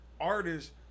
Artists